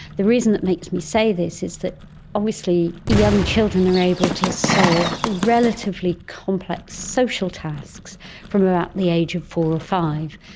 the reason that makes me say this is that obviously young children are able to solve relatively complex social tasks from about the age of four or five.